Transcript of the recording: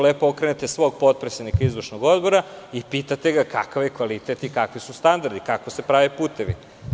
Lepo okrenete svog potpredsednika izvršnog odbora i pitate ga kakav je kvalitet i kakvi su standardi, kako se prave putevi.